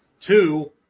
Two